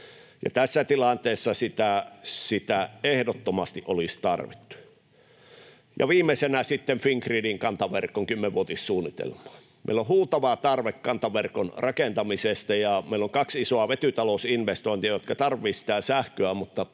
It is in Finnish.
tässä tilanteessa sitä ehdottomasti olisi tarvittu. Viimeisenä Fingridin kantaverkon kymmenvuotissuunnitelmaan: Meillä on huutava tarve kantaverkon rakentamisesta, ja meillä on kaksi isoa vetytalousinvestointia, jotka tarvitsisivat sitä